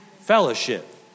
fellowship